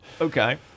Okay